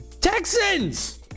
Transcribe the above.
Texans